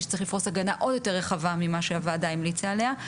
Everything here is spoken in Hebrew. שצריך לפרוס הגנה עוד יותר רחבה ממה שהוועדה המליצה עליה.